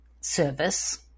service